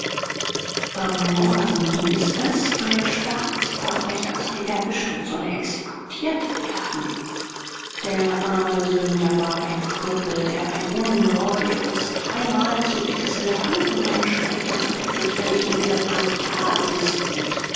am morgen hieß es ein staatsverbrecher sei erwischt und solle exekutiert werden der armesünder war ein krüppel der ein ungeheures dreimal zu dickes elefantenbein schleppte und an der fürchterlichen